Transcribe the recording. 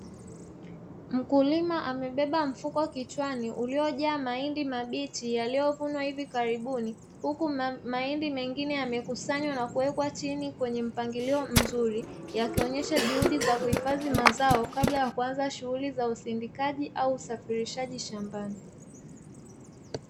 Mkulima amebeba mfuko kichwani, uliyojaa mahindi mabichi yaliyovunwa hivi karibuni, huku mahindi mengine yamekusanywa na kuwekwa chini kwenye mpangilio mzuri, yakionyesha juhudi za kuhifadhi mazao kabla ya kuanza shughuli za usindikaji au usafirishaji shambani.